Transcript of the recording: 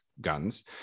guns